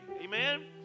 Amen